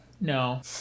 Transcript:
No